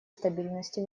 стабильности